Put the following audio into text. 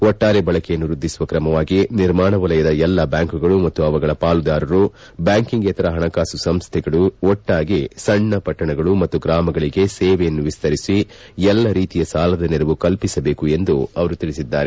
ಒಟ್ಟಾರೆ ಬಳಕೆಯನ್ನು ವ್ಯದ್ಧಿಸುವ ಕ್ರಮವಾಗಿ ನಿರ್ಮಾಣ ವಲಯದ ಎಲ್ಲ ಬ್ಯಾಂಕುಗಳು ಮತ್ತು ಅವುಗಳ ಪಾಲುದಾರರು ಬ್ಡಾಂಕಿಂಗ್ಯೇತರ ಪಣಕಾಸು ಸಂಸ್ಥೆಗಳು ಒಟ್ಟಾಗಿ ಸಣ್ಣ ವಟ್ಟಣಗಳು ಮತ್ತು ಗ್ರಾಮಗಳಿಗೆ ಸೇವೆಯನ್ನು ವಿಸ್ತರಿಸಿ ಎಲ್ಲ ರೀತಿಯ ಸಾಲದ ನೆರವು ಕಲ್ಪಿಸಬೇಕು ಎಂದು ಅವರು ತಿಳಿಸಿದ್ದಾರೆ